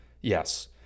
Yes